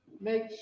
make